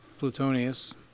Plutonius